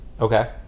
Okay